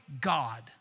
God